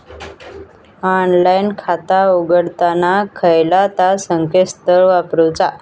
Online खाता उघडताना खयला ता संकेतस्थळ वापरूचा?